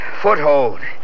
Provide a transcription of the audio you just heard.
Foothold